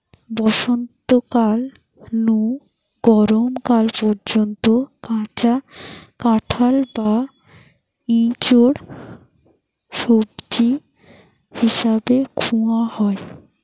বসন্তকাল নু গরম কাল পর্যন্ত কাঁচা কাঁঠাল বা ইচোড় সবজি হিসাবে খুয়া হয়